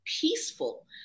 peaceful